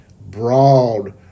broad